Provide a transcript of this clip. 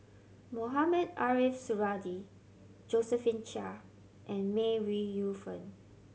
Mohamed Ariff Suradi Josephine Chia and May Ooi Yu Fen